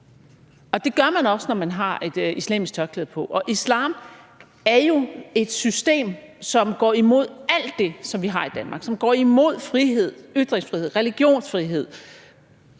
og det gør man også, når man har et islamisk tørklæde på, og islam er jo et system, der går imod alt det, vi har i Danmark, og som går imod frihed, ytringsfrihed, religionsfrihed,